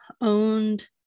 owned